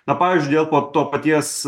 na pavyzdžiui dėl po to paties